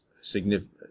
significant